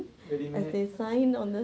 really meh